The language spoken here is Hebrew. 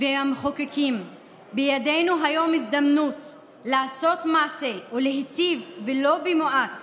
ומחוקקים יש בידינו היום הזדמנות לעשות מעשה ולהיטיב ולו במעט